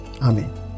Amen